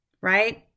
right